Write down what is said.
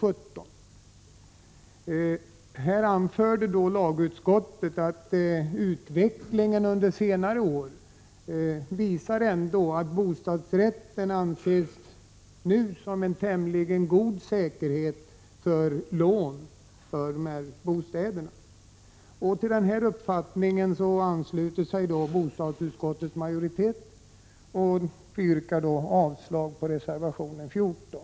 Lagutskottet anförde då att utvecklingen under senare år visar att bostadsrätten nu anses som en tämlig god säkerhet för lån. Till denna uppfattning ansluter sig bostadsutskottets majoritet. Jag yrkar avslag på reservation 14.